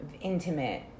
intimate